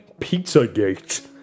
PizzaGate